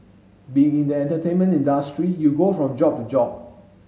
being in the entertainment industry you go from job to job